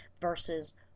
versus